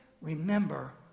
remember